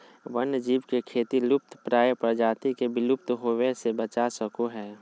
वन्य जीव के खेती लुप्तप्राय प्रजाति के विलुप्त होवय से बचा सको हइ